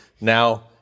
now